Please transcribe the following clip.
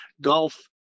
golf